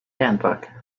handbook